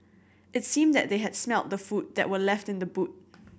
it seemed that they had smelt the food that were left in the boot